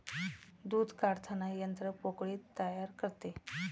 दूध काढताना यंत्र पोकळी तयार करते